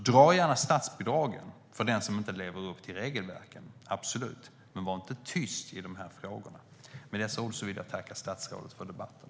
Dra gärna bort statsbidragen från den som inte lever upp till regelverken - absolut. Men var inte tyst i dessa frågor. Med dessa ord vill jag tacka statsrådet för debatten.